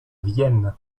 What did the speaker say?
vienne